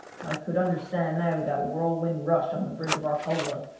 i could understand now that whirlwind rush on the bridge of arcola,